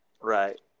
Right